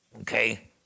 okay